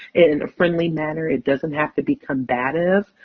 in a friendly manner it doesn't have to be combative.